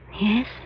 Yes